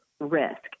risk